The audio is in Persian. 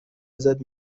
ازت